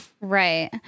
Right